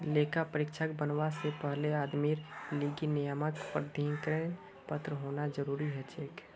लेखा परीक्षक बनवा से पहले आदमीर लीगी नियामक प्राधिकरनेर पत्र होना जरूरी हछेक